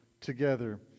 together